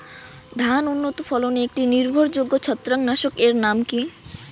ধান উন্নত ফলনে একটি নির্ভরযোগ্য ছত্রাকনাশক এর নাম কি?